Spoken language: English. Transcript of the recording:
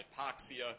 hypoxia